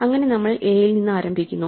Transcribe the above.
അങ്ങനെ നമ്മൾ എ യിൽ നിന്ന് ആരംഭിക്കുന്നു